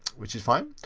which is fine.